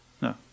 No